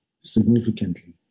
significantly